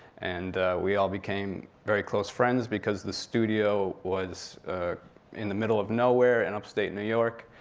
and we all became very close friends, because the studio was in the middle of nowhere in upstate new york.